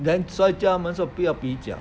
then so 叫他们说不要比较